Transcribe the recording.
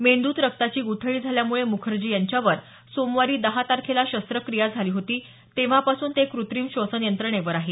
मेंदूत रक्ताची गुठळी झाल्यामुळे मुखर्जी यांच्यावर सोमवारी दहा तारखेला शस्त्रक्रिया झाली होती तेव्हापासून ते कूत्रिम श्वसन यंत्रणेवर आहेत